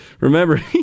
Remember